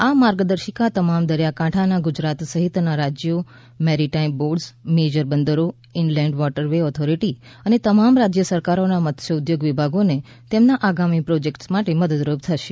આ માર્ગદર્શિકા તમામ દરિયાકાંઠાના ગુજરાત સહિતના રાજ્યો મેરીટાઇમ બોર્ડ્સ મેજર બંદરો ઈનલેન્ડ વોટરવે ઓથોરિટી અને તમામ રાજ્ય સરકારોના મત્સ્યોદ્યોગ વિભાગોને તેમના આગામી પ્રોજેક્ટ્સ માટે મદદરૂપ થશે